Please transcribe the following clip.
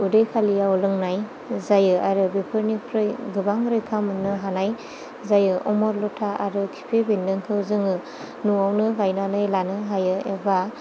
उदै खालिआव लोंनाय जायो आरो बेफोरनिफ्राय गोबां रैखा मोननो हानाय जायो अमरलथा आरो खिफि बेन्दोंखौ जोङो न'आवनो गायना लानो हायो एबा